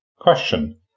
Question